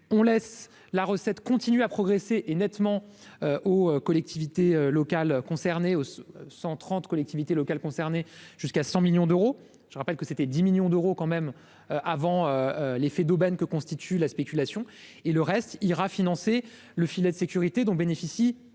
on laisse la recette continue à progresser et nettement aux collectivités locales concernées 130 collectivités locales concernées jusqu'à 100 millions d'euros, je rappelle que c'était 10 millions d'euros quand même avant l'effet d'aubaine que constitue la spéculation et le reste ira financer le filet de sécurité dont bénéficient